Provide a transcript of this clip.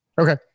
Okay